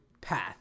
path